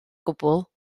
gwbl